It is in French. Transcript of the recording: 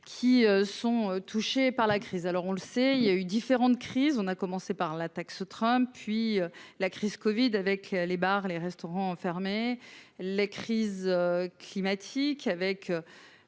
qui sont touchés par la crise, alors on le sait, il y a eu différentes crises, on a commencé par l'attaque ce train, puis la crise Covid avec les bars, les restaurants fermés les crises climatiques avec